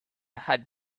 had